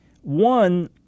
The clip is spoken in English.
One